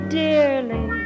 dearly